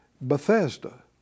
Bethesda